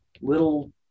little